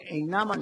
שקיימנו דיונים עם